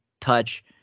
touch